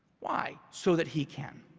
why? so that he can.